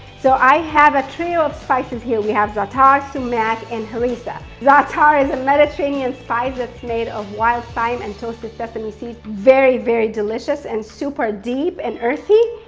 so i have a trio of spices here. we have za'atar, sumac, and harissa. za'atar is a mediterranean spice that's made of ah wild thyme and toasted sesame seeds, very, very delicious and super deep and earthy.